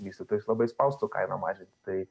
vystytojus labai spaustų kainą mažinti tai